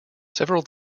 several